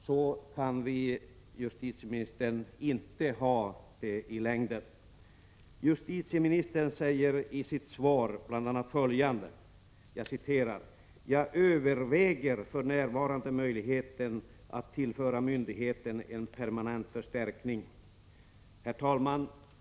Så kan vi, justitieministern, inte ha det i längden! Justitieministern säger i sitt svar bl.a. följande: ”Jag överväger för närvarande möjligheten att tillföra myndigheten en permanent förstärkning.” Herr talman!